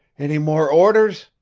any more orders?